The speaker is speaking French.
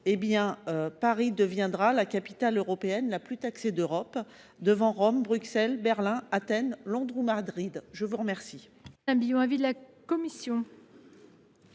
Paris deviendrait la capitale européenne la plus taxée d’Europe, devant Rome, Bruxelles, Berlin, Athènes, Londres ou Madrid ! Quel